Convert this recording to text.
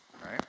right